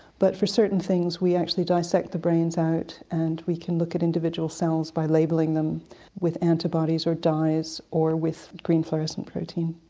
but for certain things we actually dissect the brains out and we can look at individual cells by labeling them with antibodies or dyes or with green fluorescent protein.